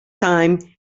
time